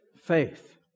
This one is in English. faith